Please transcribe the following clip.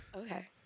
Okay